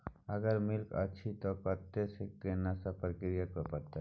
अगर मिलय अछि त कत्ते स आ केना सब प्रक्रिया करय परत?